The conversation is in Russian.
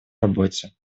работе